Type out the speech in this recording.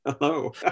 Hello